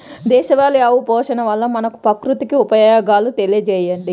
దేశవాళీ ఆవు పోషణ వల్ల మనకు, ప్రకృతికి ఉపయోగాలు తెలియచేయండి?